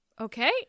Okay